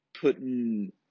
putting